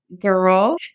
Girl